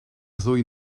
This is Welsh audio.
ddwy